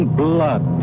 blood